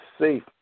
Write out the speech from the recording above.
safe